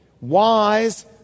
Wise